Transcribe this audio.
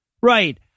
right